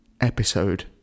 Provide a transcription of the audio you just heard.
episode